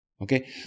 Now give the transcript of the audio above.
Okay